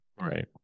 right